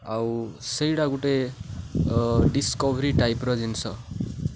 ଆଉ ସେଇଟା ଗୋଟେ ଡିସ୍କୋଭରି ଟାଇପ୍ର ଜିନିଷ